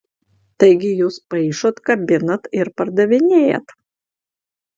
taigi jūs paišot kabinat ir pardavinėjat